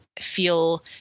feel